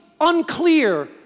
unclear